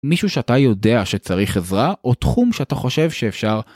מישהו שאתה יודע שצריך עזרה, או תחום שאתה חושב שאפשר...